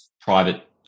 private